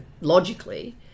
logically